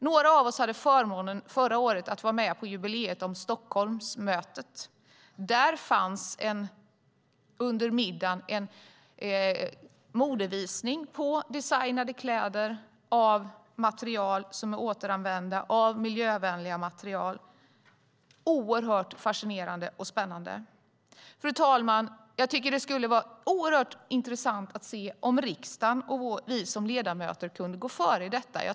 Några av oss hade förmånen att förra året vara med på jubileet i samband med Stockholmsmötet. Under middagen ägde en modevisning rum bestående av designade kläder tillverkade av återanvänt miljövänligt material - oerhört fascinerande och spännande. Det vore, fru talman, mycket intressant om riksdagen kunde gå före i detta.